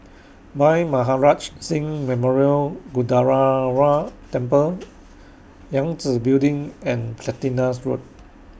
Bhai Maharaj Singh Memorial Gurdwara Temple Yangtze Building and Platina Road